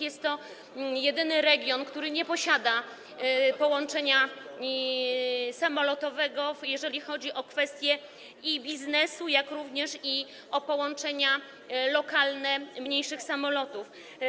Jest to jedyny region, który nie posiada połączenia samolotowego, jeżeli chodzi o kwestię biznesu, jak również o połączenia lokalne i mniejsze samoloty.